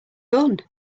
gun